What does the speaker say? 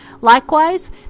Likewise